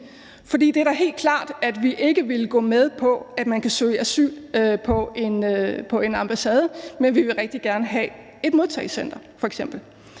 For det er da helt klart, at vi ikke ville gå med på, at man kunne søge asyl på en ambassade, men vi vil f.eks. rigtig gerne have et modtagecenter.